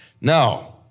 Now